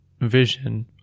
vision